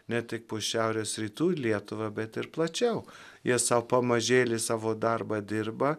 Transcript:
ne tik po šiaurės rytų lietuvą bet ir plačiau jie sau pamažėli savo darbą dirba